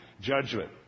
judgment